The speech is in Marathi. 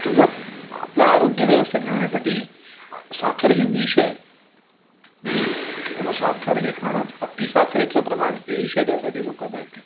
तुझं आपलं आरोग्य व्यवस्थित राहण्यासाठी साखर हे विष आहे त्यामुळे साखर हे खाणं अति साखरेचं प्रमाण हेही शरीरासाठी धोकादायक आहे